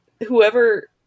whoever